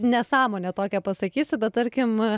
nesąmonę tokią pasakysiu bet tarkim